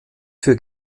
für